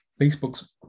Facebook's